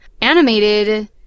animated